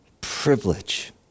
privilege